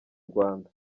rwanda